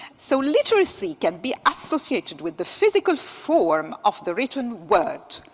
so literacy can be associated with the physical form of the written word,